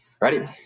Ready